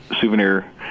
souvenir